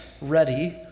ready